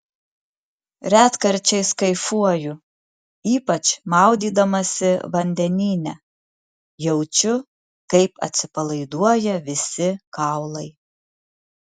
retkarčiais kaifuoju ypač maudydamasi vandenyne jaučiu kaip atsipalaiduoja visi kaulai